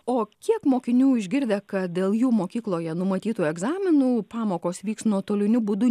o kiek mokinių išgirdę kad dėl jų mokykloje numatytų egzaminų pamokos vyks nuotoliniu būdu